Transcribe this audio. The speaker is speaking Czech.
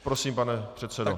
Prosím, pane předsedo.